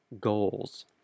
goals